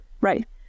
right